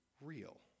real